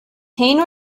pain